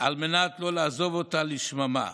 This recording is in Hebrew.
על מנת לא לעזוב אותה לשממה.